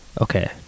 Okay